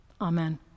Amen